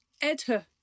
Edher